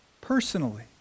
personally